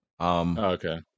Okay